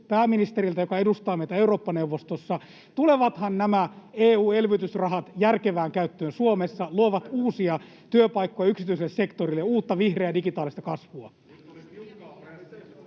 pääministeriltä, joka edustaa meitä Eurooppa-neuvostossa: tulevathan nämä EU-elvytysrahat järkevään käyttöön Suomessa, luovat uusia työpaikkoja yksityiselle sektorille, uutta vihreää digitaalista kasvua?